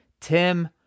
Tim